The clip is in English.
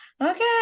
okay